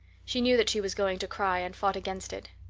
she knew that she was going to cry, and fought against it.